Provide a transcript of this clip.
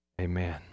Amen